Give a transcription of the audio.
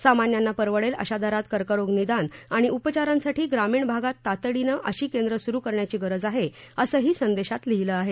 सामान्यांना परवडेल अशा दरात कर्करोग निदान आणि उपचारांसाठी ग्रामीण भागात तातडीनं अशी केंद्र सुरु करण्याची गरज आहे असंही संदेशात लिहिलं आहे